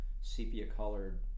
sepia-colored